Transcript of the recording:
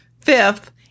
Fifth